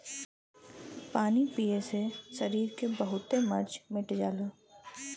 पानी पिए से सरीर के बहुते मर्ज मिट जाला